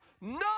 no